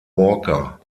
walker